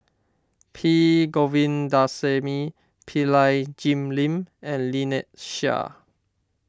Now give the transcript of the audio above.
P Govindasamy Pillai Jim Lim and Lynnette Seah